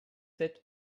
set